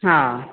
हा